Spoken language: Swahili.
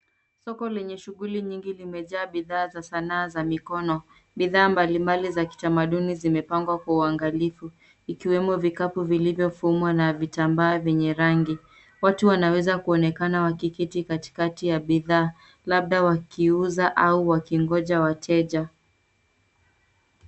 Soko lenye shughuli nyingi limejaa bidhaa za sanaa za mikono. Bidhaa mbalimbali za kitamaduni zimepangwa kwa uangalifu. Ikiwemo vikapu vilivyofumwa na vitambaa vyenye rangi. Watu wanaweza kuonekana wakiketi katikati ya bidhaa labda wakiuza au wakingoja wateja.